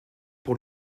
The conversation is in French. pour